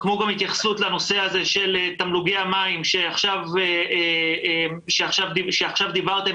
ההתייחסות לנושא של תמלוגי המים שעכשיו דיברתם